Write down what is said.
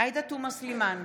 בהצבעה